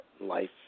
life